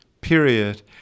period